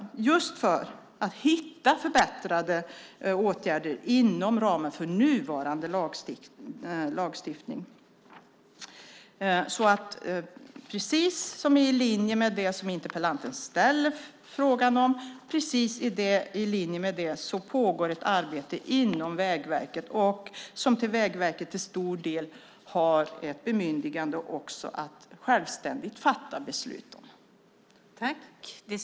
Syftet är att hitta förbättrade åtgärder inom ramen för nuvarande lagstiftning. I linje med den fråga som interpellanten ställt pågår alltså ett arbete inom Vägverket, och Vägverket har ett bemyndigande att till stor del självständigt fatta beslut om detta.